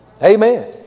Amen